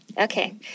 Okay